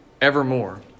evermore